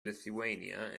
lithuania